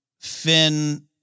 Finn